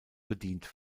bedient